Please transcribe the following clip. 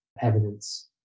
Evidence